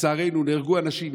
לצערנו נהרגו אנשים,